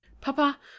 papa